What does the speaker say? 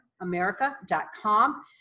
america.com